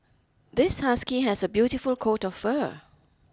this husky has a beautiful coat of fur